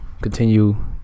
continue